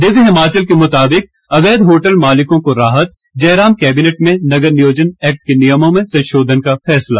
दिव्य हिमाचल के मुताबिक अवैध होटल मालिकों को राहत जयराम कैबिनेट में नगर नियोजन एक्ट के नियमों में संशोधन का फैसला